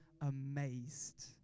amazed